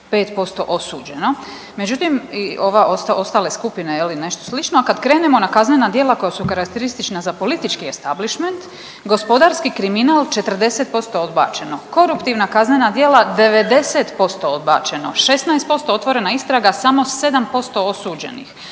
91,5% osuđeno. Međutim, ove ostale skupine i nešto slično, kad krenemo na kaznena djela koja su karakteristična za politički establišment gospodarski kriminal 40% odbačeno, koruptivna kaznena djela 90% odbačeno, 16% otvorena istraga samo 7% osuđenih,